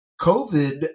COVID